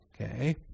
Okay